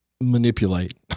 manipulate